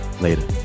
Later